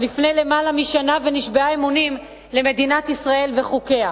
לפני למעלה משנה ונשבעה אמונים למדינת ישראל ולחוקיה.